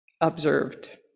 observed